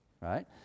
right